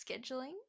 scheduling